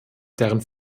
deren